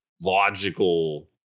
logical